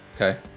Okay